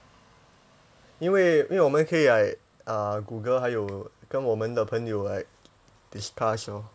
因为因为我们可以 like uh google 还有跟我们的朋友 like discuss lor